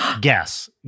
Guess